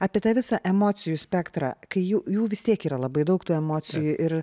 apie tą visą emocijų spektrą kai jų jų vis tiek yra labai daug tų emocijų ir